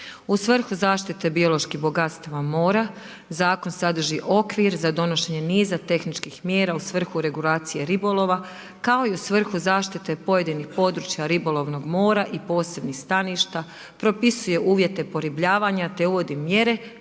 U svrhu zaštite biološki bogatstva mora, zakon sadrži okvir za donošenje niza tehničkih mjera u svrhu regulacije ribolova, kao i u svrhu zaštite pojedinih područja ribolovnog mora i posebnih staništa. Propisuje uvijete poribljavanja, te uvodi mjere